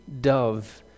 dove